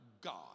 God